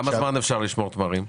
כמה זמן אפשר לשמור תמרים?